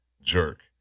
jerk